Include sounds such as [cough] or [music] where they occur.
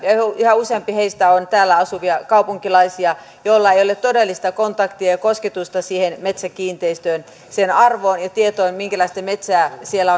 yhä useampi heistä on täällä asuvia kaupunkilaisia joilla ei ole todellista kontaktia ja kosketusta siihen metsäkiinteistöön sen arvoon ja tietoon minkälaista metsää siellä [unintelligible]